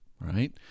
right